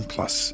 Plus